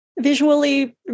visually